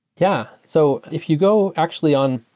yeah. so if you go actually on,